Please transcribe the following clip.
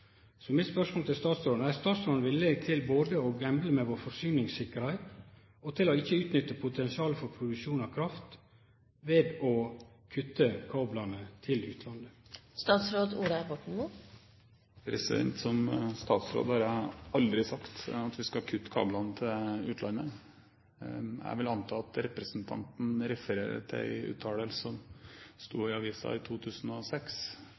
Så mitt spørsmål til statsråden er: Er statsråden villig til både å gamble med vår forsyningstryggleik og til ikkje å utnytte potensialet for produksjon av kraft ved å kutte kablane til utlandet? Som statsråd har jeg aldri sagt at vi skal kutte kablene til utlandet. Jeg vil anta at representanten refererer til en uttalelse som sto i avisen i 2006